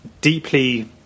deeply